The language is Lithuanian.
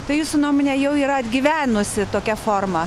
tai jūsų nuomone jau yra atgyvenusi tokia forma